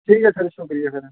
ठीक ऐ सर शुक्रिया सर